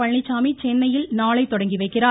பழனிச்சாமி சென்னையில் நாளை தொடங்கிவைக்கிறார்